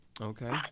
Okay